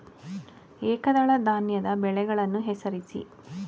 ಏಕದಳ ಧಾನ್ಯದ ಬೆಳೆಗಳನ್ನು ಹೆಸರಿಸಿ?